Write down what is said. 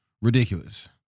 ridiculous